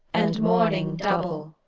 and mourning double.